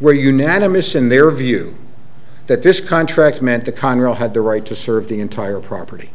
were unanimous in their view that this contract meant the conroe had the right to serve the entire property